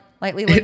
lightly